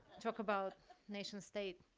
talk about nation-state.